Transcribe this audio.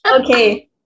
Okay